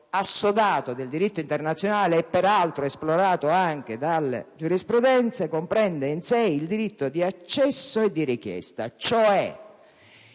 assodato del diritto internazionale e peraltro esplorato anche dalle giurisprudenze, comprende in sé il diritto di accesso e di richiesta, cioè